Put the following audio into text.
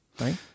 Right